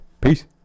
Peace